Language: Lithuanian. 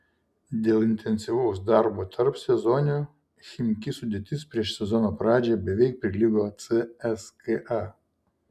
dėl intensyvaus darbo tarpsezoniu chimki sudėtis prieš sezono pradžią beveik prilygo cska